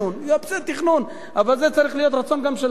בסדר, תכנון, אבל צריך להיות רצון גם שלכם.